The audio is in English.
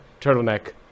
turtleneck